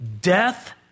Death